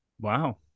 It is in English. Wow